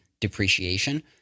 depreciation